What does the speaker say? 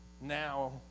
Now